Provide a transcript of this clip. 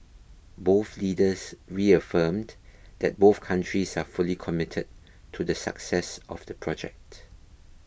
both leaders reaffirmed that both countries are fully committed to the success of the project